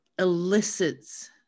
elicits